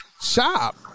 shop